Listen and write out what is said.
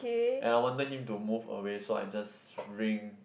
and I wanted him to move away so I just ring